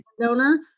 donor